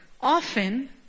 Often